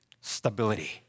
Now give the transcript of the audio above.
Stability